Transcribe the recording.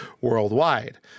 worldwide